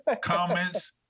comments